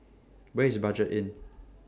Where IS Budget Inn